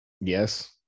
Yes